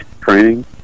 training